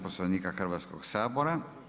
Poslovnika Hrvatskog sabora.